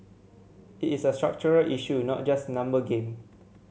it is a structural issue not just number game